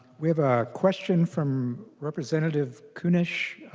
we have a question from representative kunesh-podein.